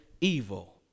evil